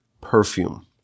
perfume